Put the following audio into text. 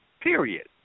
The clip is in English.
period